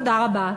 תודה רבה.